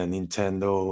Nintendo